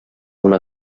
una